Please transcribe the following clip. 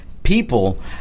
people